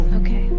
okay